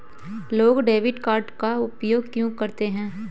लोग debit card का उपयोग क्यों करते हैं?